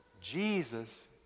Jesus